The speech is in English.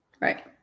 Right